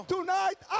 Tonight